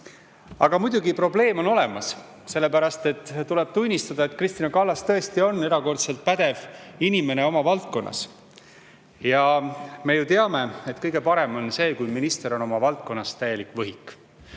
Aga muidugi probleem on olemas, sellepärast et tuleb tunnistada, et Kristina Kallas tõesti on erakordselt pädev inimene oma valdkonnas. Me ju teame, et kõige parem on see, kui minister on oma valdkonnas täielik võhik.